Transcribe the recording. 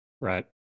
Right